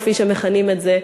כפי שמכנים את זה,